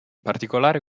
particolare